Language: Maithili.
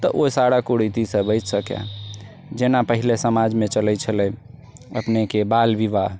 तऽ ओ सारा कुरीतिसँ बचि सकै जेना पहिले समाजमे चलै छलै अपनेके बाल विवाह